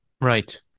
right